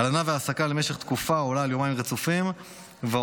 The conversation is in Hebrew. הלנה והעסקה למשך תקופה העולה על יומיים רצופים ועוד.